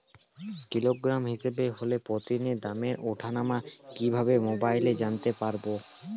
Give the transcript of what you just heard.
Kilogram হিসাবে হলে প্রতিদিনের দামের ওঠানামা কিভাবে মোবাইলে জানতে পারবো?